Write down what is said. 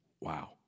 Wow